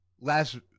last